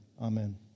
Amen